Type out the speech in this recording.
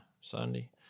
Sunday